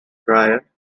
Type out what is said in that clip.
drier